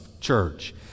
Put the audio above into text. church